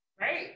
Right